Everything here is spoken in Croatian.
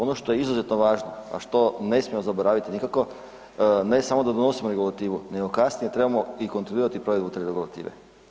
Ono što je izuzetno važno, a što ne smijemo zaboraviti nikako, ne da donosimo regulativu nego kasnije trebamo i kontrolirati provjeru te regulative.